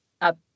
up